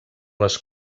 les